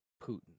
Putin